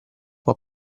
può